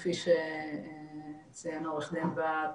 כפי שציין עורך דין בהט,